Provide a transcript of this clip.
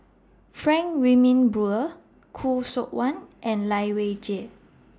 Frank Wilmin Brewer Khoo Seok Wan and Lai Weijie